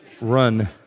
run